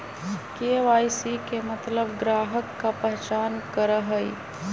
KYC के मतलब ग्राहक का पहचान करहई?